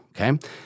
okay